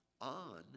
on